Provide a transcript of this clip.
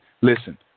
Listen